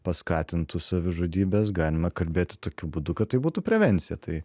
paskatintų savižudybes galima kalbėti tokiu būdu kad tai būtų prevencija tai